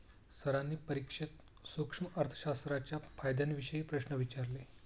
सरांनी परीक्षेत सूक्ष्म अर्थशास्त्राच्या फायद्यांविषयी प्रश्न विचारले